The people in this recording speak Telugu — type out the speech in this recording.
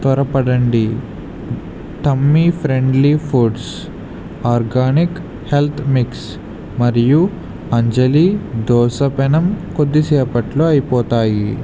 త్వరపడండి tummy friendly foods organic health mix మరియు అంజలి దోస పెనం కొద్దిసేపట్లో అయిపోతాయి